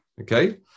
Okay